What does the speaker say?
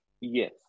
Yes